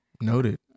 Noted